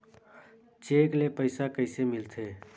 Cheque ले पईसा कइसे मिलथे?